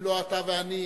אם לא אתה ואני,